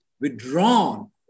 withdrawn